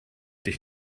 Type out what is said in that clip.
dich